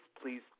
please